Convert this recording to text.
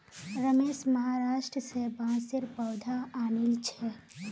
रमेश महाराष्ट्र स बांसेर पौधा आनिल छ